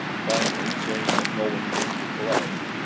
finally, seeing that no one came to collect,